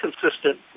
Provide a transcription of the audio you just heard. consistent